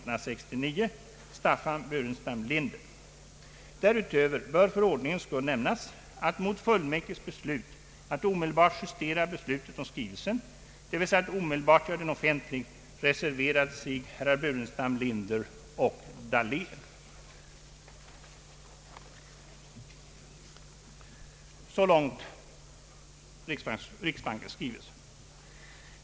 Därutöver bör för ordningens skull nämnas, att mot fullmäktiges beslut att omedelbart justera beslutet om skrivelsen, d.v.s. att omedelbart göra den offentlig, reserverade sig herrar Burenstam Linder och Dahlén”. Så långt riksbankens skrivelse.